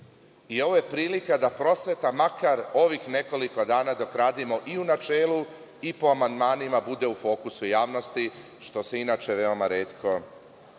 i ovo je prilika da prosveta makar ovih nekoliko dana dok radimo i u načelu i po amandmanima bude u fokusu javnosti, što se inače veoma retko